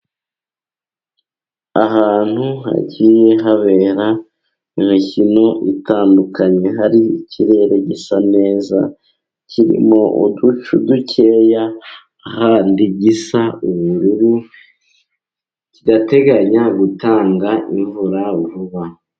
Ahantu hagiye habera imikino itandukanye, hari ikirere gisa neza kirimo uducu dukeya, ahandi gisa ubururu kidateganya gutanga imvura vuba.